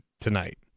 tonight